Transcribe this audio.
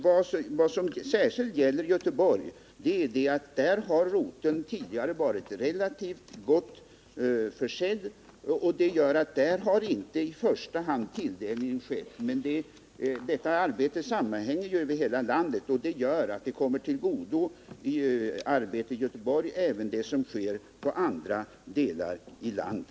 Vad som särskilt gäller Göteborg är att där har narkotikaroteln tidigare varit gott försedd, och därför har tilldelning inte i första hand skett där. Men arbetet med narkotikabekämpningen sammanhänger ju över hela landet. Det innebär att arbete som bedrivs i andra delar av landet kommer även Göteborg till godo.